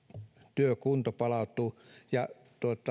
työkuntonsa palautuisi ja